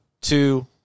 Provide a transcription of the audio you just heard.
two